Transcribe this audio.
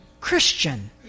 Christian